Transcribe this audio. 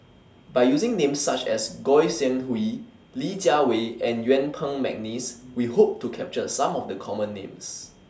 By using Names such as Goi Seng Hui Li Jiawei and Yuen Peng Mcneice We Hope to capture Some of The Common Names